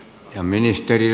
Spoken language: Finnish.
herra puhemies